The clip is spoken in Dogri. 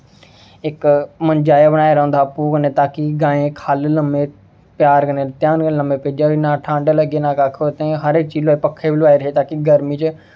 इक मंज्जा जेहा बनाए दा होंदा हा भोहे कन्नै ताकि गाएं ख'ल्ल ल'म्में प्यार कन्नै ताकि ना ठंड लग्गे ना कक्ख हर इक चीज पक्खे बी लोआए दे हे ताकि गर्मी च